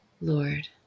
Lord